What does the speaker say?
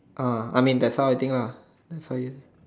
ah I mean that's how I think lah that's how you